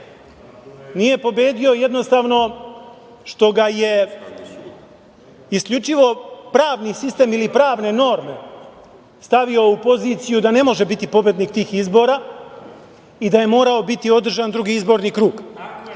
Nije pobedio, jednostavno, što ga je isključivo pravni sistem, ili pravne norme, stavio u poziciju da ne može biti pobednik tih izbora i da je morao biti održan drugi izborni krug.